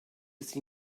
sie